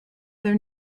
their